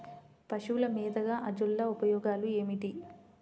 పశువుల మేతగా అజొల్ల ఉపయోగాలు ఏమిటి?